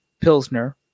Pilsner